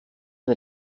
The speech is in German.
der